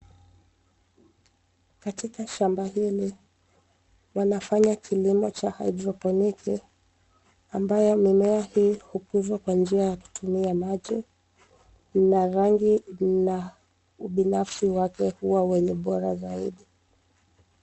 Katika shamba hili wanafanya kilimo cha haidroponiki ambayo mimea hii hukuzwa kwa njia ya kutumia maji na rangi na ubinafsi wake huwa wenye bora zaidi.